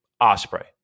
Osprey